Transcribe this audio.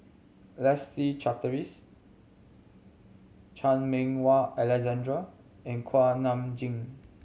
Leslie Charteris Chan Meng Wah Alexander and Kuak Nam Jin